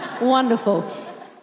wonderful